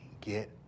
get